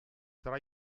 tra